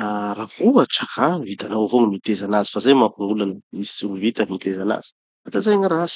ah ra ohatra ka vitanao avao gny miteza anazy fa zay manko gn'olana, misy tsy ho vita gny miteza anazy. Da zay gny ratsy.